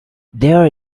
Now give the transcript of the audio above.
there